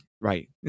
Right